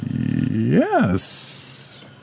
yes